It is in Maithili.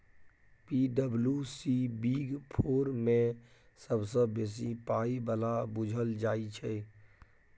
पी.डब्ल्यू.सी बिग फोर मे सबसँ बेसी पाइ बला बुझल जाइ छै